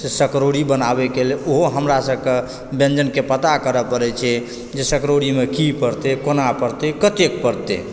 से सकरौड़ी बनाबएके ओहो हमरा सबके व्यञ्जनके पता करऽ पड़ै छै जे सकरौड़ीमे कि पड़तै कोना पड़तै कते पड़तै